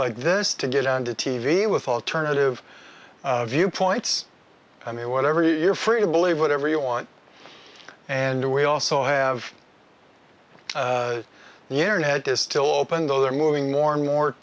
like this to get on to t v with alternative viewpoints i mean whatever you're free to believe whatever you want and we also have the internet is still open though they're moving more and more